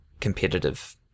competitive